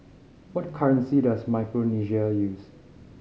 what currency does Micronesia use